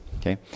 okay